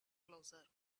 closer